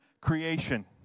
creation